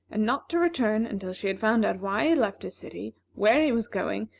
and not to return until she had found out why he left his city, where he was going,